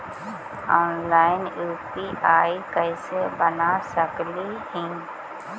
Online UPI कैसे बना सकली ही?